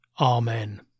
Amen